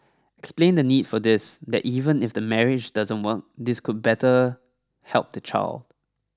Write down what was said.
explain the need for this that even if the marriage doesn't work this could better help the child